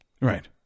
Right